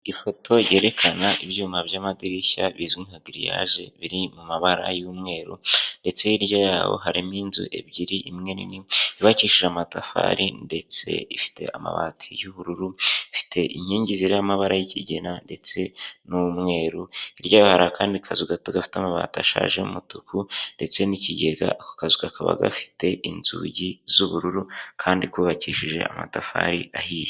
Ifoto yerekana ibyuma by'amadirishya bizwi nka giriyaje biri mu mabara y'umweru, ndetse hirya yaho harimo inzu ebyiri, imwe nini yubakishije amatafari ndetse ifite amabati y'ubururu, ifite inkingi zirimo amabara y'ikigina ndetse n'umweru. Hirya hari akandi kazu gato gafite amabati ashaje y'umutuku ndetse n'ikigega, ako kazu kaba gafite inzugi z'ubururu kandi kubabakishije amatafari ahiye.